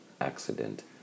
accident